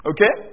Okay